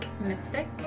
mystic